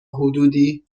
حدودی